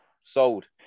Sold